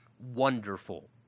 wonderful